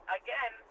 again